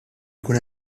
jkun